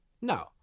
No